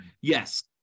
yes